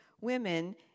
women